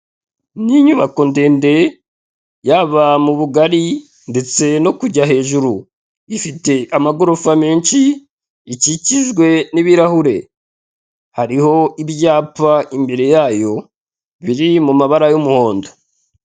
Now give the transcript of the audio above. Ni inyubako ndende yaba mu bugari ndetse no kujya hejuru, ifite amagorofa menshi, ikikijwe n'ibirahure. Hariho ibyapa imbere yayo biri mu mabara y'umuhondo